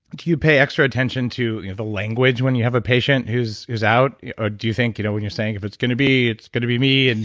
do you pay extra attention to the language when you have a patient who's who's out? ah do you think you know when you're saying, if it's going to be, it's going to be me, and